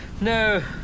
No